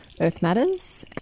earthmatters